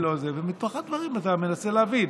ומתוך הדברים אתה מנסה להבין